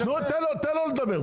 תן לו לדבר.